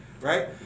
right